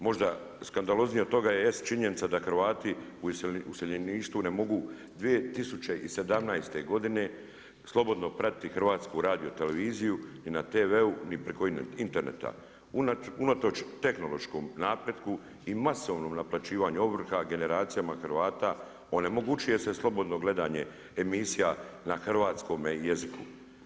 Možda skandaloznije od toga je S činjenica da Hrvati u iseljeništvu ne mogu 2017. godine slobodno pratiti HRT ni na TV-u, ni preko Interneta unatoč tehnološkom napretku i masovnom naplaćivanju ovrha generacijama Hrvata onemogućuje se slobodno gledanje emisija na hrvatskome jeziku.